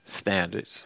Standards